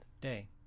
day